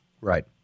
Right